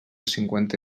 cinquanta